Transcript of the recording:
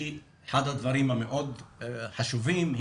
אחד הדברים המאוד חשובים,